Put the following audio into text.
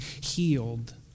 healed